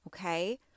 okay